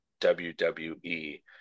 WWE